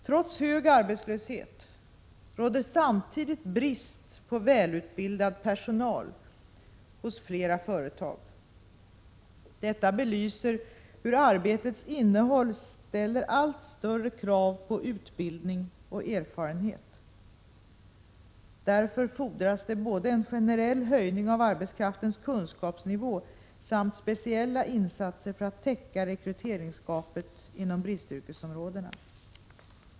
Trots hög arbetslöshet råder samtidigt brist på välutbildad personal hos flera företag. Detta belyser hur arbetets innehåll ställer allt större krav på utbildning och erfarenhet. Därför fordras det både en generell höjning av arbetskraftens kunskapsnivå och speciella insatser för att täcka rekryteringsgapet inom bristyrkesområdena.